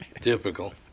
Typical